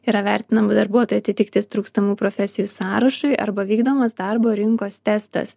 yra vertinama darbuotojų atitiktis trūkstamų profesijų sąrašui arba vykdomas darbo rinkos testas